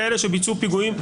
כאלה שביצעו פיגועים,